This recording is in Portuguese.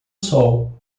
sol